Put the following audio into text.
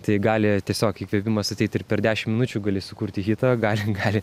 tai gali tiesiog įkvėpimas ateit ir per dešimt minučių gali sukurti hitą gali gali